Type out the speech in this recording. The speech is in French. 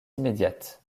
immédiate